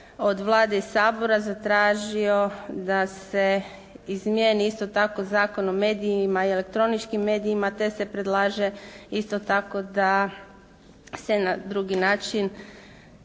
od Vlade i Sabora zatražio da se izmijeni isto tako Zakon o medijima i elektroničkim medijima te se predlaže isto tako da se na drugi način